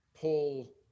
pull